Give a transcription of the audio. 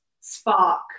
spark